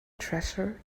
treasure